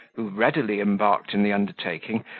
who readily embarked in the undertaking,